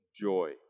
joy